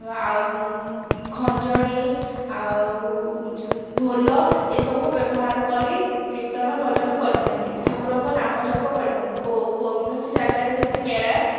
ଆଉ ଖଞ୍ଜଣି ଆଉ ଢୋଲ ଏସବୁ ବ୍ୟବହାର କରି କୀର୍ତ୍ତନ ଭଜନ କରିଥାନ୍ତି ଠାକୁରଙ୍କ ନାମ ଜପ କରିଥାନ୍ତି କୌଣସି ଜାଗାରେ ଯଦି ମେଳା